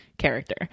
Character